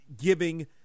giving